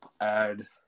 add